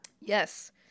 Yes